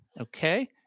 Okay